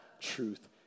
truth